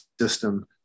system